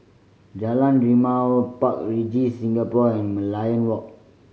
Jalan Rimau Park Regis Singapore and Merlion Walk